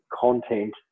content